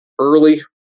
early